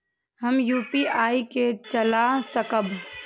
हम यू.पी.आई के चला सकब?